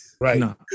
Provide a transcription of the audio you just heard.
Right